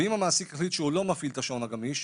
אם המעסיק החליט שהוא לא מפעיל את השעון הגמיש,